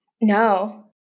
No